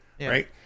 right